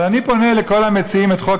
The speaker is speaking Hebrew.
אבל אני פונה אל כל המציעים את חוק